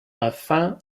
afin